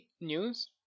news